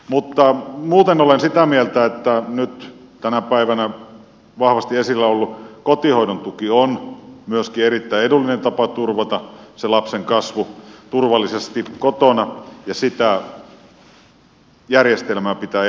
mutta muuten olen sitä mieltä että nyt tänä päivänä vahvasti esillä ollut kotihoidon tuki on myöskin erittäin edullinen tapa turvata se lapsen kasvu turvallisesti kotona ja sitä järjestelmää pitää edelleen kehittää